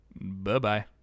Bye-bye